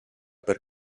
per